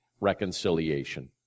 reconciliation